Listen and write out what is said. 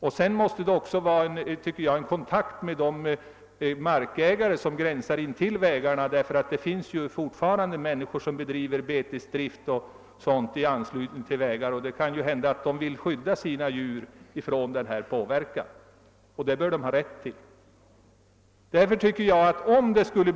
Det måste också förekomma kontakt med ägarna av de marker som gränsar intill vägarna; det finns ju fortfarande jordbrukare som har betesdrift i anslutning till vägarna. Det kan hända att de vill skydda sina djur från denna påverkan, och i så fall bör de ha möjligheter härtill.